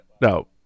no